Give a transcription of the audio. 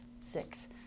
six